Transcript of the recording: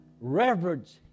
Reverence